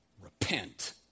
Repent